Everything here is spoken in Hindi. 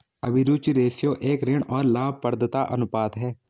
अभिरुचि रेश्यो एक ऋण और लाभप्रदता अनुपात है